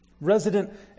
Resident